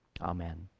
Amen